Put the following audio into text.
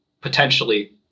potentially